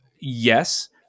yes